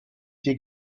fait